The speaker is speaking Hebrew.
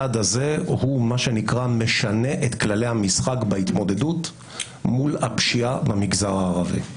הוא מה שנקרא משנה את כללי המשחק בהתמודדות מול הפשיעה במגזר הערבי.